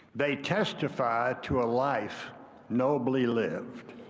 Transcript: they testified to a life nobly lived.